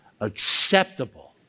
acceptable